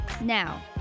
Now